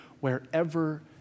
wherever